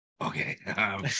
Okay